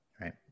right